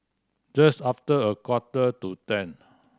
just after a quarter to ten